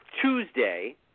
Tuesday